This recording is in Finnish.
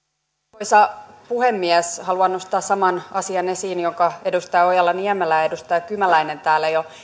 arvoisa puhemies haluan nostaa saman asian esiin jonka edustaja ojala niemelä ja edustaja kymäläinen täällä jo